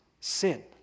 sin